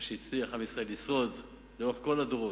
עם זה הצליח עם ישראל לשרוד לאורך כל הדורות.